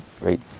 great